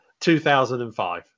2005